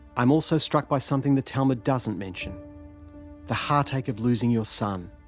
i'm also struck by something the talmud doesn't mention the heartache of loosing your son.